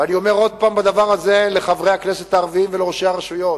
ואני אומר עוד פעם בדבר הזה לחברי הכנסת הערבים ולראשי הרשויות: